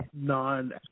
non